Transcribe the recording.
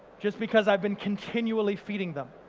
just because i've been continually feeding them.